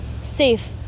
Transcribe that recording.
safe